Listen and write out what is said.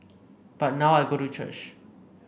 but now I go to church